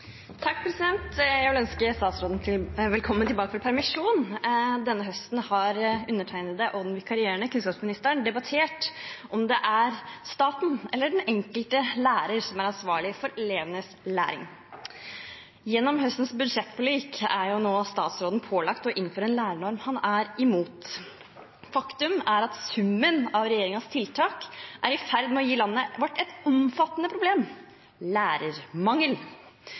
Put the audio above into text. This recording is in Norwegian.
Denne høsten har undertegnede og den vikarierende kunnskapsministeren debattert om det er staten eller den enkelte lærer som er ansvarlig for elevenes læring. Gjennom høstens budsjettforlik er statsråden nå pålagt å innføre en lærernorm han er imot. Faktum er at summen av regjeringens tiltak er i ferd med å gi landet vårt et omfattende problem: lærermangel.